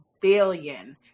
billion